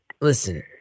listen